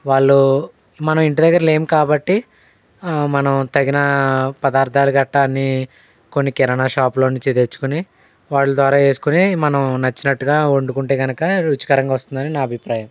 వాళ్ళు మనం ఇంటి దగ్గరలేం కాబట్టి మనం తగిన పదార్థాలు గట్టా అని కొన్ని కిరణా షాప్లో నుంచి తెచ్చుకుని వాటిలి ద్వారా వేసుకొని మనం నచ్చినట్టుగా వండుకుంటే గనుక రుచికరంగా వస్తుందని నా అభిప్రాయం